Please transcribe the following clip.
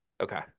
Okay